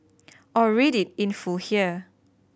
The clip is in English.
or read it in full here